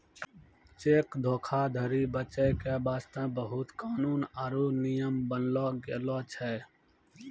cheque धोखाधरी बचै के बास्ते बहुते कानून आरु नियम बनैलो गेलो छै